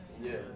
Yes